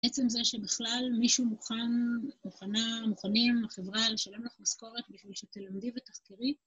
עצם זה שבכלל, מישהו מוכן, מוכנה, מוכנים, החברה, לשלם לך משכורת, בכדי שתלמדי ותחקרי,